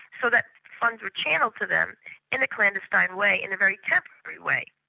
so that funds were channelled to them in a clandestine way, in a very temporary way.